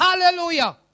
Hallelujah